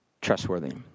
trustworthy